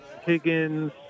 Higgins